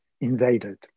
invaded